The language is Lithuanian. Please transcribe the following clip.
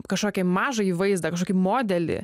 kažkokį mažąjį vaizdą kažkokį modelį